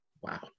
Wow